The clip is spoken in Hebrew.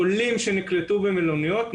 חולים שנקלטו במלוניות,